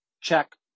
Check